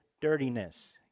dirtiness